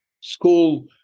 school